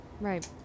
Right